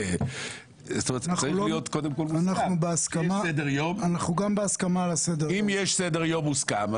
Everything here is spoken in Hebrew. אנחנו גם בהסכמה על סדר היום.